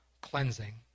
cleansing